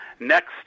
Next